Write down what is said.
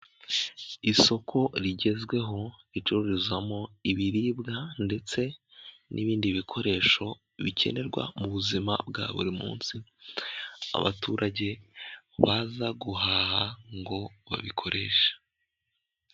Isoko rigezweho ricururizamo ibiribwa ndetse n'ibindi bikoresho bikenerwa mu buzima bwa buri munsi, abaturage baza guhaha ngo babikoreshe.